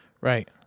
Right